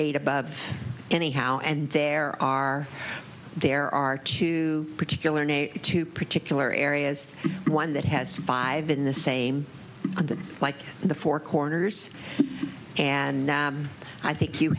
eight above anyhow and there are there are two particular name two particular areas one that has five in the same like the four corners and i think you